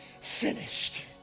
finished